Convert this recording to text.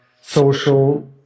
social